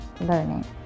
learning